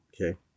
Okay